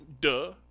Duh